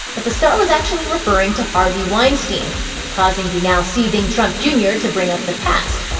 but the star was actually referring to harvey weinstein causing the now-seething trump jr. to bring up the past.